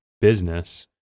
business